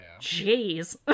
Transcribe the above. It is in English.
Jeez